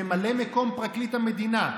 ממלא מקום פרקליט המדינה,